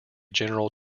general